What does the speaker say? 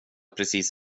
precis